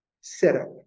setup